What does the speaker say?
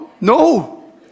No